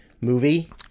movie